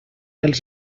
els